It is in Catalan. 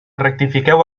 rectifiqueu